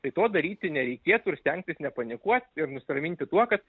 tai to daryti nereikėtų ir stengtis nepanikuot ir nusiraminti tuo kad